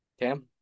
Cam